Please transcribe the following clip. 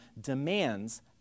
demands